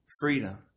freedom